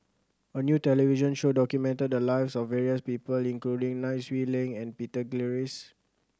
a new television show documented the lives of various people including Nai Swee Leng and Peter Gilchrist